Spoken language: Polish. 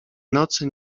nocy